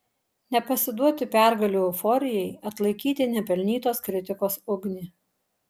nepasiduoti pergalių euforijai atlaikyti nepelnytos kritikos ugnį